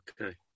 Okay